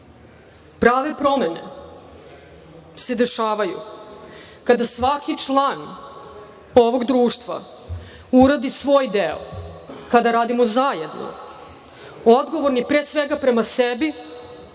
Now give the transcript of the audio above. Prave promene se dešavaju kada svaki član ovog društva uradi svoj deo, kada radimo zajedno, odgovorni pre svega prema sebi,